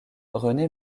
renée